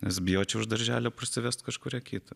nes bijočiau iš darželio parsivesti kažkurią kitą